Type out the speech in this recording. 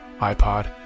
ipod